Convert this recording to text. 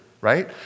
right